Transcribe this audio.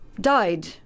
died